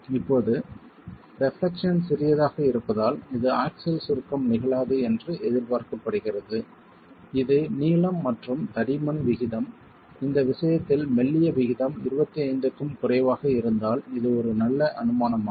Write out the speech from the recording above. இப்போது டெப்லெக்சன் சிறியதாக இருப்பதால் இந்த ஆக்சில் சுருக்கம் நிகழாது என்று எதிர்பார்க்கப்படுகிறது இது நீளம் மற்றும் தடிமன் விகிதம் இந்த விஷயத்தில் மெல்லிய விகிதம் 25 க்கும் குறைவாக இருந்தால் இது ஒரு நல்ல அனுமானமாகும்